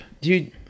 dude